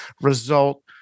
result